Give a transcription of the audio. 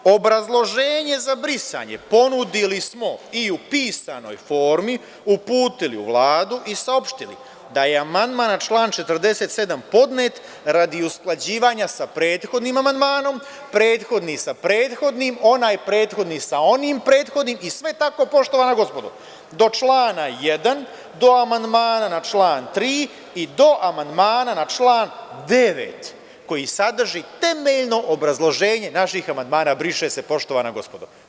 Obrazloženje za brisanje ponudili smo i u pisanoj formi, uputili u Vladu i saopštili da je amandman na član 47. podnet radi usklađivanja sa prethodnim amandmanom, prethodni sa prethodnim, onaj prethodni sa onim prethodnim i sve tako, poštovana gospodo, do člana 1, do amandmana na član 3. i do amandmana na član 9, koji sadrži temeljno obrazloženje naših amandmana „briše se“, poštovana gospodo.